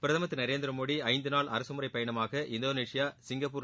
பிரதமர் திரு நரேந்திரமோடி ஐந்து நாள் அரகமுறைப் பயணமாக இந்தோனேஷியா சிங்கப்பூர்